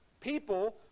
people